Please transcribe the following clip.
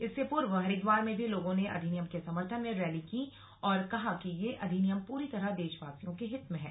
इससे पूर्व हरिद्वार में भी लोगों ने अधिनियम से समर्थन में रैली की और कहा कि यह अधिनियम पूरी तरह देशवासियों के हित में है